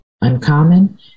uncommon